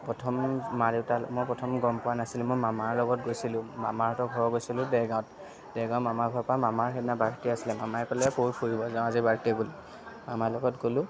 প্ৰথম মা দেউতাৰ মই প্ৰথম গম পোৱা নাছিলোঁ মই মামাৰ লগত গৈছিলোঁ মামাহঁতৰ ঘৰ গৈছিলোঁ দেৰগাঁৱত দেৰগাঁও মামাৰ ঘৰৰ পৰা মামাৰ সেইদিনা বাৰ্থদে আছিলে মামাই ক'লে ব'ল ফুৰিব যাওঁ আজি বাৰ্থদে বুলি মামাৰ লগত গ'লোঁ